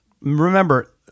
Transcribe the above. remember